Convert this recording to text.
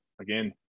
again